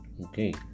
Okay